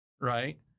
Right